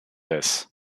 this